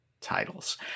titles